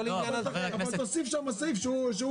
לא לעניין --- אז תוסיף שם סעיף שהוא